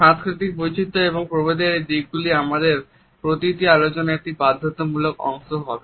সাংস্কৃতিক বৈচিত্র এবং প্রভেদের এই দিকগুলি আমাদের প্রতিটি আলোচনার একটি বাধ্যতামূলক অংশ হবে